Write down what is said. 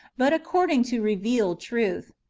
but according to revealed truth.